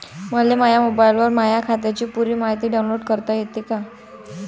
मले माह्या मोबाईलवर माह्या खात्याची पुरी मायती डाऊनलोड करता येते का?